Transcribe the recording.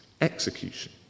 execution